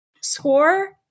score